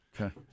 Okay